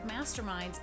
masterminds